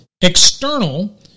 external